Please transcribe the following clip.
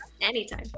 anytime